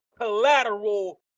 collateral